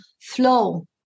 flow